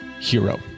Hero